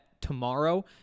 tomorrow